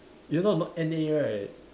you not not N_A right